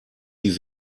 die